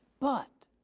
but,